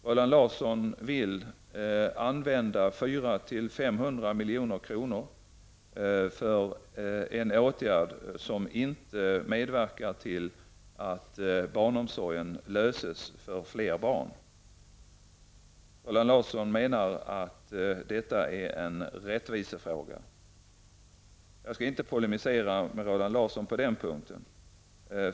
Roland Larsson vill använda 400 till 500 milj.kr. för en åtgärd som inte medverkar till att barnomsorgsproblemen löses för fler barn. Roland Larsson menar att detta är en rättvisefråga. Jag skall inte polemisera med Roland Larsson på den punkten.